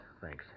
Thanks